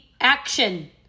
action